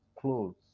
clothes